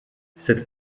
cette